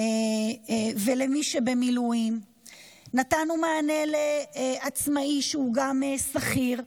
ולמי שבמילואים נתנו מענה לעצמאי שהוא גם שכיר.